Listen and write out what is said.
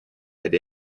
had